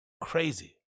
crazy